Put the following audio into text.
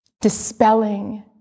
dispelling